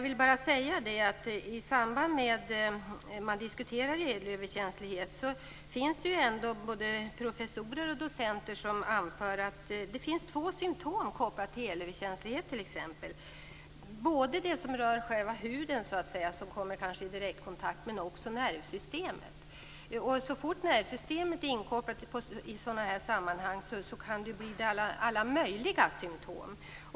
I samband med att vi diskuterar elöverkänslighet vill jag säga att det finns både professorer och docenter som anför att det finns två symtom kopplade till elöverkänslighet. Det gäller dels själva huden, som kanske kommer i direktkontakt med el, dels nervsystemet. Så fort nervsystemet är inkopplat i sådana här sammanhang kan det uppstå alla möjliga symtom.